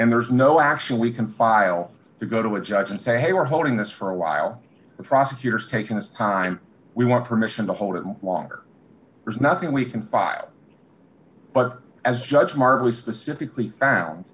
and there's no action we can file to go to a judge and say hey we're holding this for a while the prosecutor's taking this time we want permission to hold it longer there's nothing we can file but as judge mark who specifically